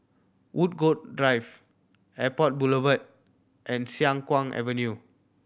Woodgrove Drive Airport Boulevard and Siang Kuang Avenue